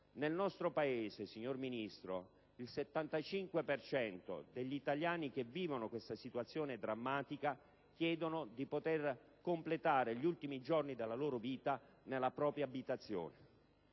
nel nostro Paese, signor Ministro, il 75 per cento degli italiani che vivono questa situazione drammatica chiede di poter completare gli ultimi giorni della vita nella propria abitazione.